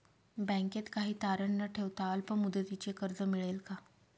बँकेत काही तारण न ठेवता अल्प मुदतीचे कर्ज मिळेल का?